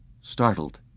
Startled